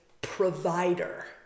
provider